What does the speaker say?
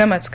नमस्कार